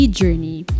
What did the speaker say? journey